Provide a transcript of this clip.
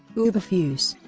ooberfuse,